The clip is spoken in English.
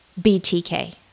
BTK